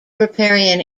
riparian